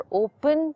open